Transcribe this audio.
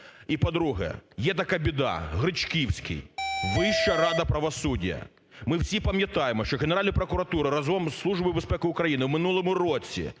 І, по-друге. Є така біда – Гречківський, Вища рада правосуддя. Ми всі пам'ятаємо, що Генеральна прокуратура разом з Службою безпеки України в минулому році,